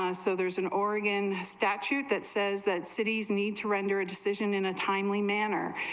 ah so there's an oregon statute that says that cities need to render a decision in a timely manner,